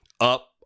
up